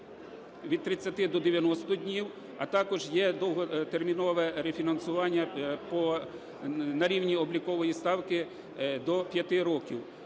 від 30 до 90 днів, а також є довготермінове рефінансування на рівні облікової ставки до 5 років.